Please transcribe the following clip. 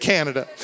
Canada